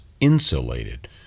insulated